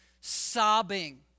sobbing